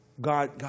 God